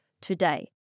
today